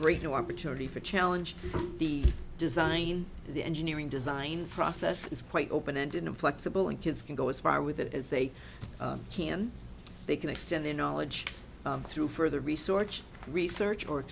new opportunity for challenge the design the engineering design process is quite open and inflexible and kids can go as far with it as they can they can extend their knowledge through further research research or